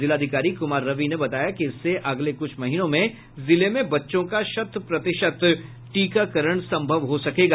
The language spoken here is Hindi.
जिलाधिकारी कुमार रवि ने बताया कि इससे अगले कुछ महीनों में जिले में बच्चों का शत प्रतिशत टीकाकरण संभव हो सकेगा